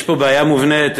יש פה בעיה מובנית,